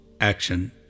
action